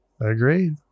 Agreed